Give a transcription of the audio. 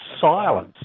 silence